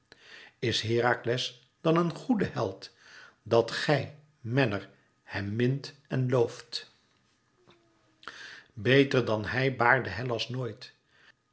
is herakles dan een goède held dat gij menner hem mint en looft beter dan hij baarde hellas nooit